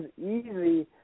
easy